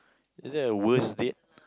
is there a worst date